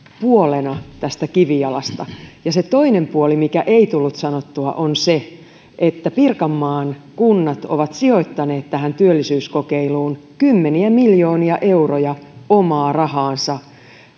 puolena tästä kivijalasta ja se toinen puoli mikä ei tullut sanottua on se että pirkanmaan kunnat ovat sijoittaneet tähän työllisyyskokeiluun kymmeniä miljoonia euroja omaa rahaansa